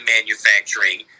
manufacturing